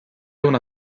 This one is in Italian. una